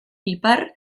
ipar